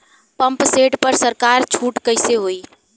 Pump set पर सरकार छूट कईसे होई?